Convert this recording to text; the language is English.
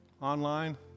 online